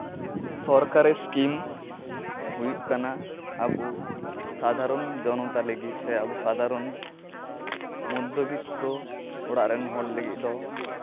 ᱥᱚᱨᱠᱟᱨᱤ ᱥᱠᱤᱢ ᱦᱩᱭᱩᱜ ᱠᱟᱱᱟ ᱟᱵᱚ ᱥᱟᱫᱷᱟᱨᱚᱱ ᱡᱚᱱᱚᱛᱟ ᱞᱟᱹᱜᱤᱫ ᱥᱮ ᱟᱵᱚ ᱥᱟᱫᱷᱟᱨᱚᱱ ᱢᱚᱫᱽᱫᱷᱚᱵᱤᱛᱛᱚ ᱚᱲᱟᱜ ᱨᱮᱱ ᱦᱚᱲ ᱞᱟᱹᱜᱤᱫ ᱫᱚ